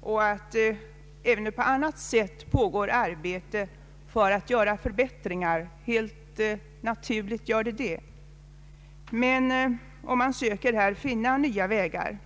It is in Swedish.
och att det även på annat sätt bedrivs arbete för att göra förbättringar — helt naturligt gör det det — och att man här söker finna nya vägar.